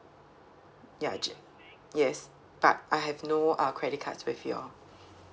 ya ju~ yes but I have no uh credit cards with you all